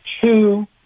two